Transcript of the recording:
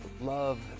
love